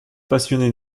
passionné